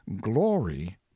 glory